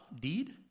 deed